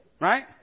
Right